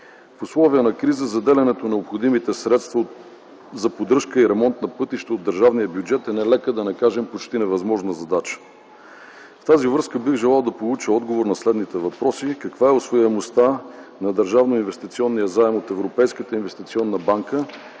В условия на криза заделянето на необходимите средства за поддръжка и ремонт на пътища от държавния бюджет е нелека, да не кажем почти невъзможна задача. В тази връзка бих желал да получа отговор на следния въпрос: каква е усвояемостта на държавно-инвестиционните